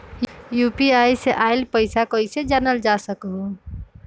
UPI से आईल पैसा कईसे जानल जा सकहु?